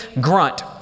grunt